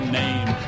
name